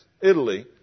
Italy